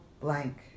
blank